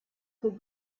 could